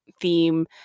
theme